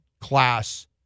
class